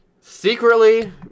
Secretly